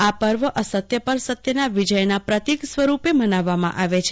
આ પર્વ અસત્ય પર સત્યના વિજયા પ્રતિક સ્વરૂપે મનાવવામાં આવે છે